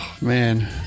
Man